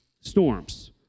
storms